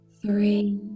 Three